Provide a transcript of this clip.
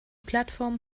plattform